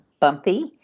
bumpy